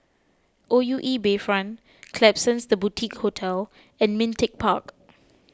O U E Bayfront Klapsons the Boutique Hotel and Ming Teck Park